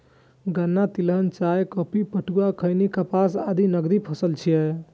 गन्ना, तिलहन, चाय, कॉफी, पटुआ, खैनी, कपास आदि नकदी फसल छियै